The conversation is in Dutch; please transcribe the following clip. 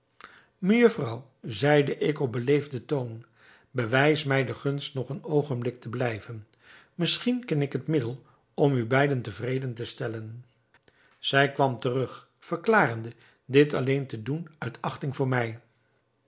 mejuffrouw zeide ik op beleefden toon bewijs mij de gunst nog een oogenblik te blijven misschien ken ik het middel om u beiden tevreden te stellen zij kwam terug verklarende dit alleen te doen uit achting voor mij